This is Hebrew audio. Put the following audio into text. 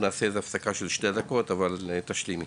נעשה תכף הפסקה שתי דקות, אבל קודם תשלימי.